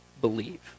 believe